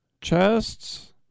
chests